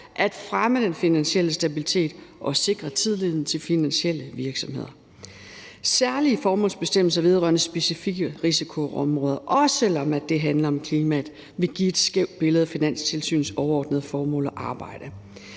at fremme den finansielle stabilitet og sikre tilliden til finansielle virksomheder. Særlige formålsbestemmelser vedrørende specifikke risikoområder, også selv om det handler om klimaet, vil give et skævt billede af Finanstilsynets overordnede formål og arbejde.